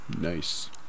Nice